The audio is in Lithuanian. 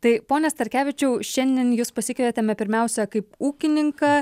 tai pone starkevičiau šiandien jus pasikvietėme pirmiausia kaip ūkininką